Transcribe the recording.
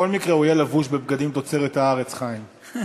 בכל מקרה, הוא יהיה לבוש בבגדים תוצרת הארץ, חיים.